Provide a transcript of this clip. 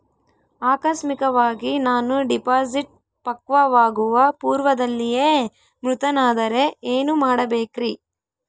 ಆಕಸ್ಮಿಕವಾಗಿ ನಾನು ಡಿಪಾಸಿಟ್ ಪಕ್ವವಾಗುವ ಪೂರ್ವದಲ್ಲಿಯೇ ಮೃತನಾದರೆ ಏನು ಮಾಡಬೇಕ್ರಿ?